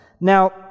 Now